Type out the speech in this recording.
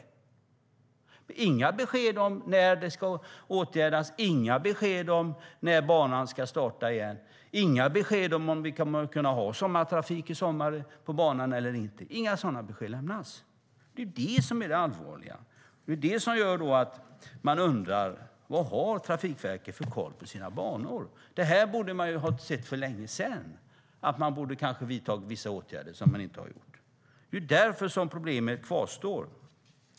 Men det finns inga besked om när det ska åtgärdas, inga besked om när banan ska starta igen och inga besked om ifall vi kommer att kunna ha sommartrafik på banan i sommar eller inte. Det allvarliga är att inga sådana besked lämnas. Man undrar vad Trafikverket har för någon koll på sina banor. Man borde ha sett för länge sedan att man kanske borde ha vidtagit vissa åtgärder. Därför kvarstår tyvärr problemet.